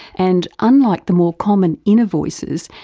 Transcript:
and unlike the more common inner voices,